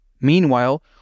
Meanwhile